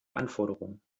anforderung